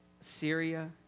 Syria